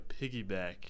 piggyback